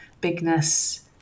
bigness